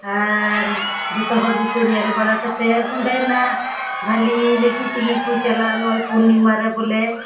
ᱟᱨ ᱡᱚᱛᱚ ᱦᱚᱲ ᱜᱮᱠᱚ ᱧᱮᱞ ᱵᱟᱲᱟ ᱠᱟᱛᱮᱫ ᱚᱸᱰᱮᱱᱟᱜ ᱵᱷᱟᱹᱞᱤ ᱞᱟᱹᱜᱤᱫ ᱛᱮᱜᱮ ᱠᱚ ᱪᱟᱞᱟᱜᱼᱟ ᱱᱚᱜᱼᱚᱭ ᱯᱩᱨᱱᱤᱢᱟ ᱨᱮ ᱵᱚᱞᱮ